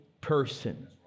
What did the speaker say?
person